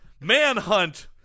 Manhunt